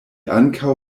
ankaŭ